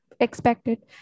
expected